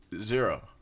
zero